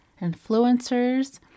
influencers